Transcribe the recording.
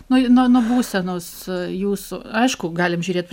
nuo nuo nuo būsenos jūsų aišku galim žiūrėt